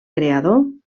creador